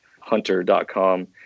hunter.com